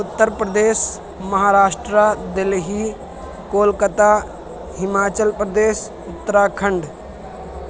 Uttar Pradesh Maharashtra Delhi Kolkata Himachal Pradesh Uttarakhand